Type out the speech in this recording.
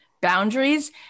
boundaries